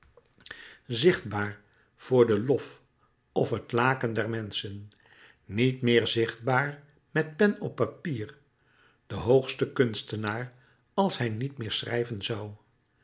zichtbaar voor den lof of het laken der menschen niet meer zichtbaar met pen op papier de hoogste kunstenaar als hij n i